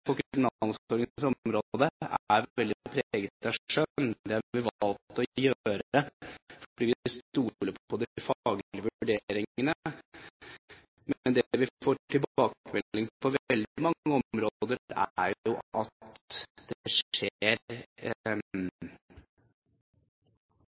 på kriminalomsorgens område er veldig preget av skjønn. Det har vi valgt å ha fordi vi stoler på de faglige vurderingene, men det vi får tilbakemelding om på veldig mange områder, er jo at det skjer